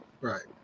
Right